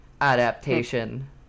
adaptation